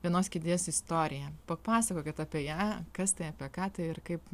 vienos kėdės istorija papasakokit apie ją kas tai apie ką tai ir kaip